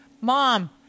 Mom